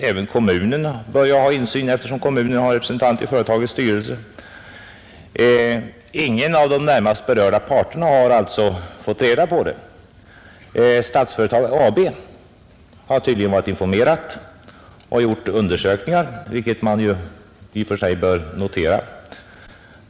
Även kommunen bör ha insyn i företaget, eftersom den är representerad i företagets styrelse. Ingen av de närmast berörda parterna har alltså fått reda på svårigheterna. Däremot har Statsföretag tydligen varit informerat och gjort undersökningar, vilket man i och för sig bör notera.